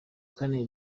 kane